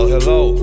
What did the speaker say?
hello